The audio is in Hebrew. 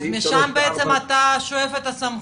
אז משם בעצם אתה שואב את הסמכות?